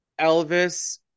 Elvis